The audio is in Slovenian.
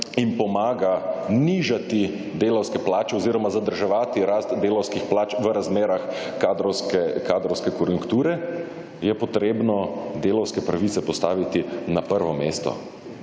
jim pomaga nižati delavske plače oziroma zadrževati rast delavskih plač v razmerah kadrovske konjunkture, je potrebno delavske pravice postaviti na prvo mesto